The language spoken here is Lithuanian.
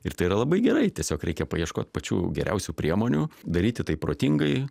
ir tai yra labai gerai tiesiog reikia paieškot pačių geriausių priemonių daryti tai protingai